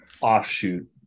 offshoot